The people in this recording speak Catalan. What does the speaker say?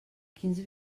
quins